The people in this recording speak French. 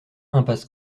impasse